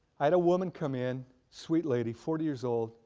i had a woman come in, sweet lady, forty years old,